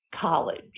College